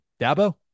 Dabo